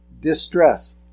distress